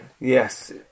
Yes